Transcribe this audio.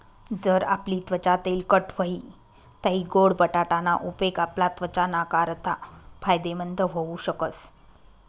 जर आपली त्वचा तेलकट व्हयी तै गोड बटाटा ना उपेग आपला त्वचा नाकारता फायदेमंद व्हऊ शकस